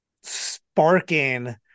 sparking